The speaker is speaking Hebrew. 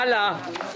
הלאה.